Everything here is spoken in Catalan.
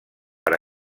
per